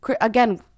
again